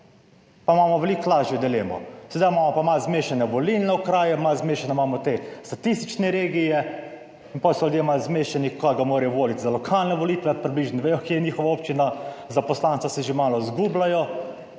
pa imamo veliko lažjo dilemo, sedaj imamo pa malo zmešane volilne okraje, malo zmešane imamo te statistične regije in pol so ljudje malo zmešani, koga morajo voliti za lokalne volitve, približno vedo kje je njihova občina, za poslanca se že malo izgubljajo.